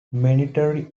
monetary